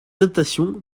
adaptation